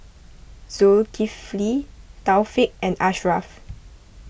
Zulkifli Taufik and Ashraf